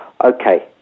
Okay